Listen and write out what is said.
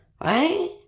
Right